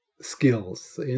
skills